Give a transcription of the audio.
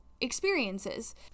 experiences